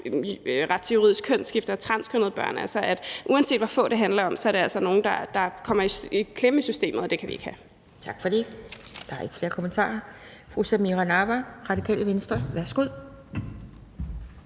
juridisk kønsskifte og transkønnede børn. Altså, uanset hvor få det handler om, så er der altså nogle, der kommer i klemme i systemet. Og det kan vi ikke have. Kl. 12:24 Anden næstformand (Pia Kjærsgaard): Tak for det. Der er ikke flere kommentarer. Fru Samira Nawa, Radikale Venstre. Værsgo.